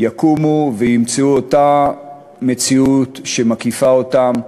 יקומו וימצאו אותה מציאות שמקיפה אותם,